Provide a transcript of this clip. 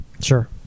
Sure